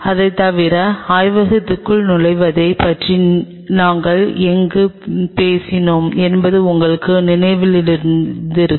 அதைத் தவிர ஆய்வகத்திற்குள் நுழைவதைப் பற்றி நாங்கள் எங்கு பேசினோம் என்பது உங்களுக்கு நினைவிலிருக்கும்